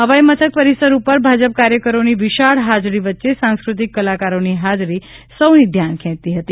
હવાઇ મથક પરિસર ઉપર ભાજપ કાર્યકરોની વિશાળ હાજરી વચ્ચે સાંસ્કૃતિક કલાકારોની હાજરી સૌની ધ્યાન ખેંચતી હતી